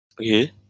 Okay